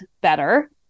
better